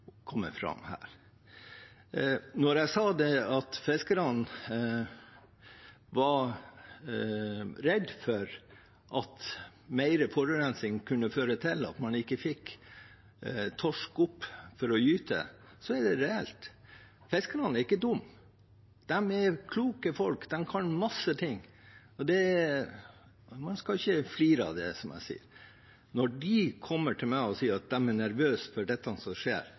Når jeg sa at fiskerne var redde for at mer forurensning kunne føre til at man ikke fikk torsk opp for å gyte, er det reelt. Fiskerne er ikke dumme. De er kloke folk, de kan masse, og man skal ikke flire av dem. Når de kommer og sier at de er nervøse for det som skjer,